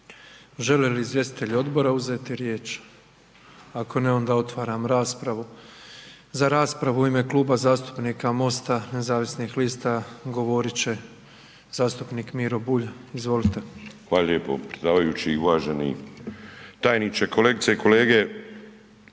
Žele li izvjestitelji odbora uzeti riječ? Ako ne, onda otvaram raspravu. Za raspravu u ime Kluba zastupnika MOST-a nezavisnih lista govorit će zastupnik Miro Bulj, izvolite. **Bulj, Miro (MOST)** Hvala lijepo predsjedavajući. Uvaženi tajniče, kolegice i kolege,